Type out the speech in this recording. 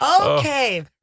Okay